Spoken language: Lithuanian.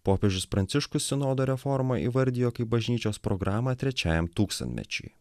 popiežius pranciškus sinodo reformą įvardijo kaip bažnyčios programą trečiajam tūkstantmečiui